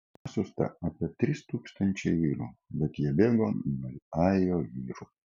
buvo pasiųsta apie trys tūkstančiai vyrų bet jie bėgo nuo ajo vyrų